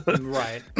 right